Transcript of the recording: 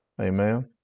amen